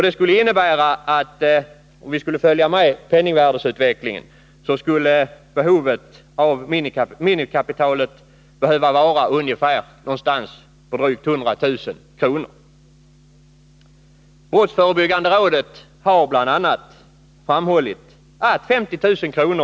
Detta innebär att minimikapitalet, om man skall följa med penningvärdesutvecklingen, skulle behöva ligga på drygt 100 000 kr. Brottsförebyggande rådet har bl.a. framhållit att minimikapitalet på 50 000 kr.